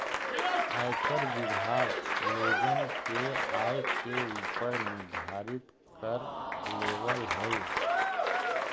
आयकर विभाग लोगन के आय के ऊपर निर्धारित कर लेवऽ हई